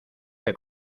que